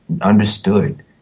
understood